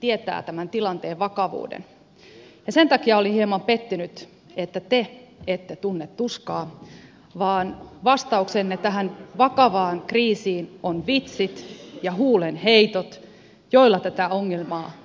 tietää tämän tilanteen vakavuuden ja sen takia olin hieman pettynyt että te ette tunne tuskaa vaan vastauksenne tähän vakavaan kriisiin ovat vitsit ja huulenheitot joilla tätä ongelmaa ei valitettavasti ratkaista